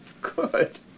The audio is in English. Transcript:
Good